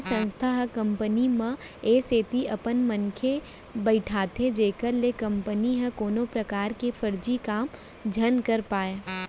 बित्तीय संस्था ह कंपनी म ए सेती अपन मनसे बइठाथे जेखर ले कंपनी ह कोनो परकार के फरजी काम झन कर पाय